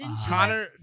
Connor